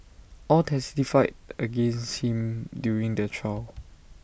all testified against him during the trial